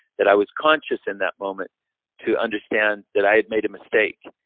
that i was conscious in that moment to understand that i had made a mistake.